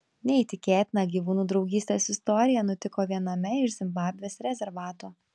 neįtikėtina gyvūnų draugystės istorija nutiko viename iš zimbabvės rezervatų